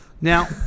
now